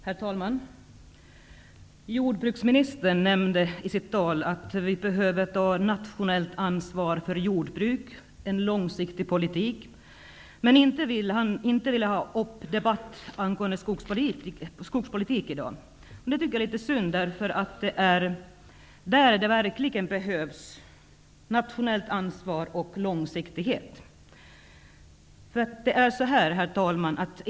Herr talman! Jordbruksministern nämnde i sitt tal att vi behöver ta nationellt ansvar för jordbruket, för en långsiktig politik. Men han ville inte ta upp en debatt om skogspolitik i dag. Det tycker jag är litet synd, för det är där det verkligen behövs nationellt ansvar och långsiktighet.